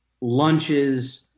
lunches